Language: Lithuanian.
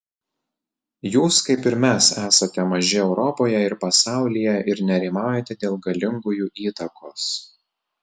jūs kaip ir mes esate maži europoje ir pasaulyje ir nerimaujate dėl galingųjų įtakos